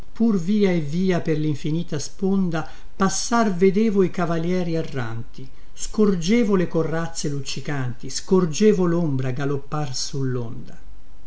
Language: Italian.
pur via e via per linfinita sponda passar vedevo i cavalieri erranti scorgevo le corazze luccicanti scorgevo lombra galoppar sullonda